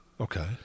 Okay